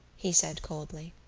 he said coldly.